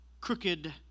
crooked